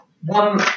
one